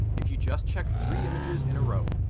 if you just check three images in a row,